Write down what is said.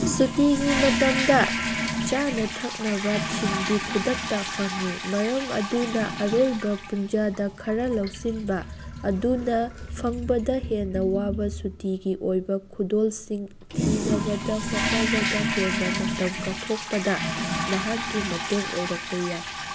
ꯁꯨꯇꯤꯒꯤ ꯃꯇꯝꯗ ꯆꯥꯅ ꯊꯛꯅꯕꯁꯤꯡꯗꯤ ꯈꯨꯗꯛꯇ ꯐꯪꯏ ꯃꯔꯝ ꯑꯗꯨꯅ ꯑꯔꯣꯏꯕ ꯄꯨꯡꯖꯥꯗ ꯈꯔ ꯂꯧꯁꯤꯟꯕ ꯑꯗꯨꯅ ꯐꯪꯕꯗ ꯍꯦꯟꯅ ꯋꯥꯕ ꯁꯨꯇꯤꯒꯤ ꯑꯣꯏꯕ ꯈꯨꯗꯣꯜꯁꯤꯡ ꯊꯤꯅꯕꯗ ꯍꯣꯠꯅꯕꯗ ꯍꯦꯟꯅ ꯃꯇꯝ ꯀꯠꯊꯣꯛꯄꯗ ꯅꯍꯥꯛꯀꯤ ꯃꯇꯦꯡ ꯑꯣꯏꯔꯛꯄ ꯌꯥꯏ